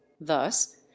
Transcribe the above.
Thus